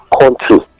country